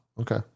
okay